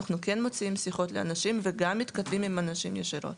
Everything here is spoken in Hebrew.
אנחנו כן מוציאים שיחות לאנשים וגם מתכתבים עם אנשים ישירות.